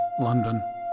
London